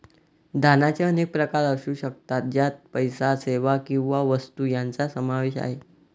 दानाचे अनेक प्रकार असू शकतात, ज्यात पैसा, सेवा किंवा वस्तू यांचा समावेश आहे